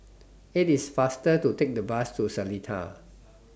IT IS faster to Take The Bus to Seletar